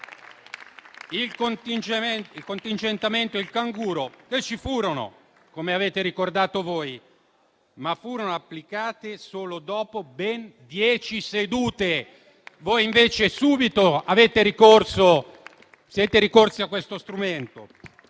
Il contingentamento e il canguro ci furono, come avete ricordato voi, ma furono applicati solo dopo ben dieci sedute. Voi invece avete fatto subito ricorso a questo strumento.